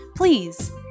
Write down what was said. Please